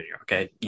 okay